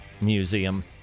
Museum